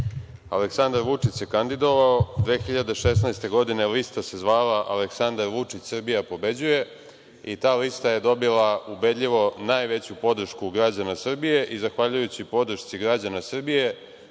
Aleksandar Vučić se kandidovao 2016. godine i lista se zvala Aleksandar Vučić – Srbija pobeđuje i ta lista je dobila ubedljivo najveću podršku građana Srbije i zahvaljujući podršci građana Srbije